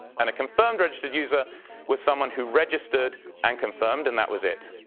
and a confirmed registered user was someone who registered and confirmed and that was it.